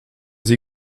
sie